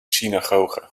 synagoge